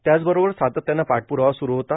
त्याचबरोबर सातत्यानं पाठपुरावा सुरू होता